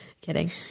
Kidding